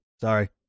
Sorry